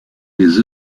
des